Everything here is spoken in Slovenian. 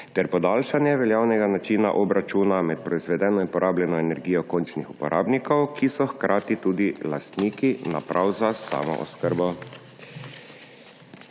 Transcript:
podaljšanje veljavnega načina obračuna med proizvedeno in porabljeno energijo končnih uporabnikov, ki so hkrati tudi lastniki naprav za samooskrbo.